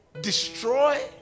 destroy